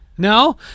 No